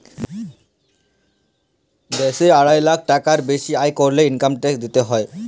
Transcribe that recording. দ্যাশে আড়াই লাখ টাকার বেসি আয় ক্যরলে ইলকাম ট্যাক্স দিতে হ্যয়